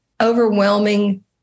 overwhelming